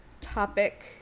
topic